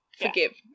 forgive